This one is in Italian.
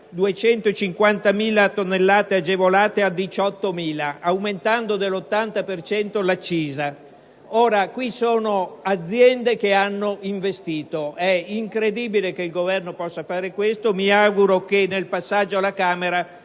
250.000 tonnellate agevolate a 18.000, aumentando dell'80 per cento l'accisa. Si tratta di aziende che hanno investito. È incredibile che il Governo possa fare questo. Mi auguro che nel passaggio alla Camera